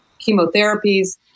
chemotherapies